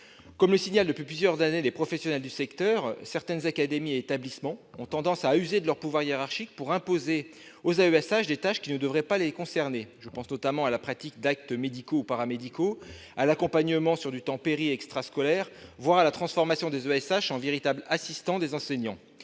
Comme le signalent depuis plusieurs années les professionnels du secteur, certaines académies et certains établissements ont tendance à user de leur pouvoir hiérarchique pour imposer aux AESH des tâches qui ne devraient pas les concerner. Je pense notamment à la pratique d'actes médicaux ou paramédicaux, à l'accompagnement sur du temps périscolaire et extrascolaire, voire à la transformation des AESH en véritables assistants des enseignants.